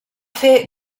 fer